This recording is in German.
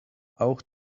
auch